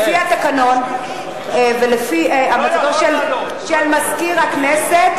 לפי התקנון ולפי המלצת מזכיר הכנסת,